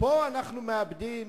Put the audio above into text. פה אנחנו מאבדים